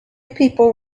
people